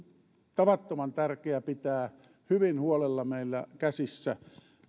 tavattoman tärkeää pitää hyvin huolella meillä käsissä